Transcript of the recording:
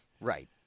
right